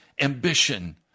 ambition